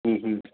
ಹ್ಞೂ ಹ್ಞೂ